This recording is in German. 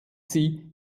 sie